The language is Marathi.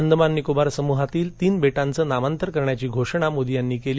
अंदमान निकोबार समुहातील तीन बेटांचं नामांतर करण्याची घोषणा मोदी यांनी केली